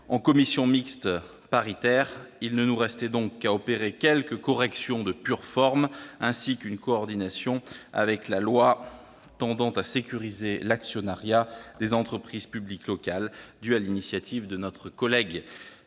En commission mixte paritaire, il ne nous restait donc qu'à opérer quelques corrections de pure forme, ainsi qu'une coordination avec la loi tendant à sécuriser l'actionnariat des entreprises publiques locales, due à l'initiative de notre collègue